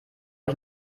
ich